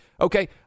Okay